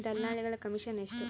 ದಲ್ಲಾಳಿಗಳ ಕಮಿಷನ್ ಎಷ್ಟು?